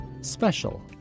Special